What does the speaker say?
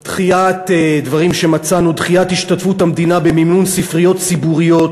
דחיית השתתפות המדינה במימון ספריות ציבוריות,